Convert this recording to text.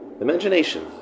Imagination